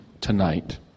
tonight